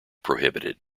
prohibited